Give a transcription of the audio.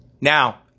Now